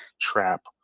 Trap